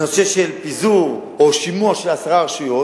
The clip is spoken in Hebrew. אדוני היושב-ראש,